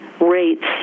rates